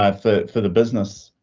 um for for the business.